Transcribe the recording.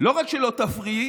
לא רק שלא תפריעי,